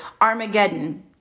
Armageddon